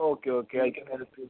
okay okay I can help you